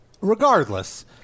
regardless